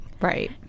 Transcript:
right